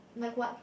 like what